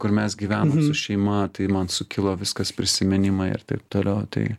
kur mes gyvenom su šeima tai man sukilo viskas prisiminimai ir taip toliau tai